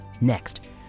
Next